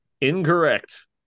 Incorrect